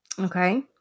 Okay